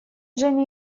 женя